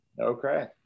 okay